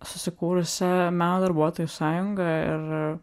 susikūrusia meno darbuotojų sąjunga ir